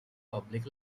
public